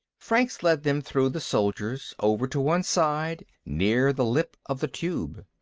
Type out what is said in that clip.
franks led them through the soldiers, over to one side, near the lip of the tube.